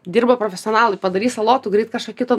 dirba profesionalai padarys salotų greit kažko kito